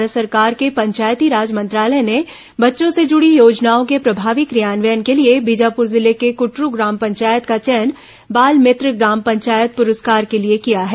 भारत सरकार के पंचायतीराज मंत्रालय ने बच्चों से जुड़ी योजनाओं के प्रभावी क्रियान्वयन के लिए बीजापुर जिले के कटरु ग्राम पंचायत का चयन बाल मित्र ग्राम पंचायत पुरस्कार के लिए किया है